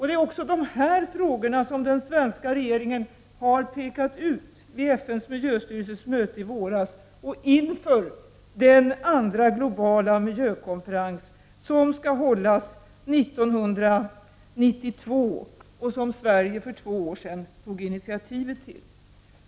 Det är också de frågorna som den svenska regeringen har pekat ut vid FN:s miljöstyrelses möte i våras och inför den andra globala miljökonferens som skall hållas 1992 och som Sverige för två år sedan tog initiativet till.